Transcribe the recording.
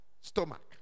stomach